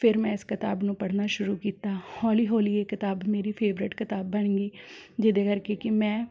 ਫਿਰ ਮੈਂ ਇਸ ਕਿਤਾਬ ਨੂੰ ਪੜ੍ਹਨਾ ਸ਼ੁਰੂ ਕੀਤਾ ਹੌਲੀ ਹੌਲੀ ਇਹ ਕਿਤਾਬ ਮੇਰੀ ਫੇਵਰੇਟ ਕਿਤਾਬ ਬਣ ਗਈ ਜਿਹਦੇ ਕਰ ਕੇ ਕਿ ਮੈਂ